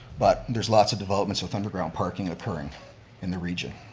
but there's lots of developments with underground parking occurring in the region.